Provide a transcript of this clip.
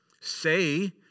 say